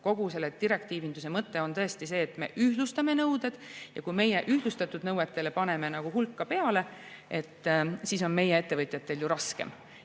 kogu selle direktiivinduse mõte on tõesti see, et me ühtlustame nõuded, ja kui meie paneme ühtlustatud nõuetele hulka peale, siis on meie ettevõtjatel ju raskem